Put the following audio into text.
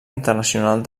internacional